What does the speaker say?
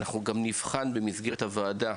אנחנו גם נבחן במסגרת הוועדה,